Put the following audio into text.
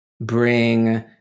bring